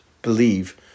believe